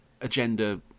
agenda